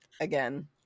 again